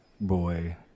boy